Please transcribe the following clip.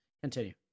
Continue